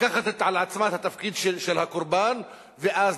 לקחת על עצמה את התפקיד של הקורבן ואז